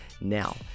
now